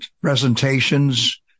presentations